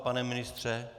Pane ministře?